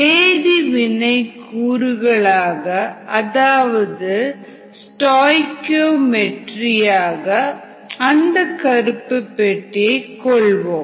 வேதிவினைகூறுகளாக அதாவது ஸ்டாஇகீஓமெட்ரி யாக அந்தக் கருப்புப் பெட்டியை கொள்வோம்